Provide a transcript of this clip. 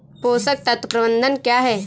पोषक तत्व प्रबंधन क्या है?